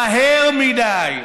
מהר מדי,